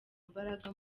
imbaraga